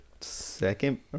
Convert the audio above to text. second